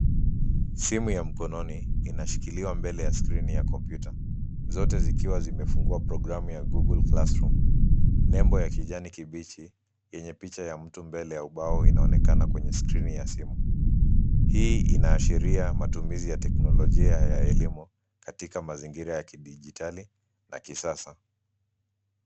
Simu ya mkononi inashikiliwa mbele ya skrini ya kompyuta. Zote zikiwa zimefungua programu ya Google classroom. Nembo ya kijani kibichi yenye picha ya mtu mbele ya ubao inaonekana kwenye skrini ya simu. Hii inaashiria matumizi ya teknolojia ya elimu katika mazingira ya kidijitali na kisasa.